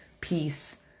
peace